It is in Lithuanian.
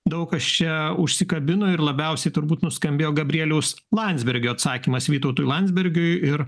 daug kas čia užsikabino ir labiausiai turbūt nuskambėjo gabrieliaus landsbergio atsakymas vytautui landsbergiui ir